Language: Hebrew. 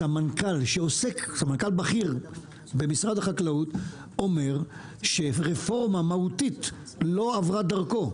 סמנכ"ל בכיר במשרד החקלאות אומר שרפורמה מהותית לא עברה דרכו,